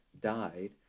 died